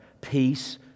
peace